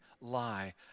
lie